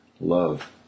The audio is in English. love